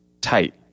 tight